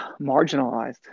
marginalized